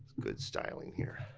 good styling here.